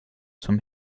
zum